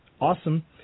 Awesome